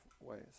ways